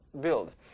build